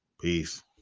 Peace